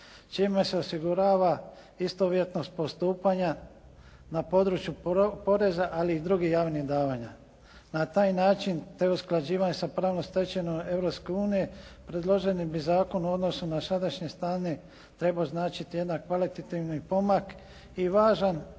čime se osigurava istovjetnost postupanja na području poreza ali i drugih javnih davanja. Na taj način to je usklađivanje sa pravnom stečevinom Europske unije predloženi bi zakon u odnosu na sadašnje stanje trebao značiti jedan kvalitetni pomak i važan